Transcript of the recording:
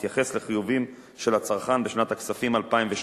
תתייחס לחיובים של הצרכן בשנת הכספים 2012,